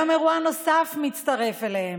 היום אירוע נוסף מצטרף אליהם.